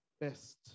best